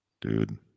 dude